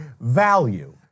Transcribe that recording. value